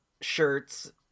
shirts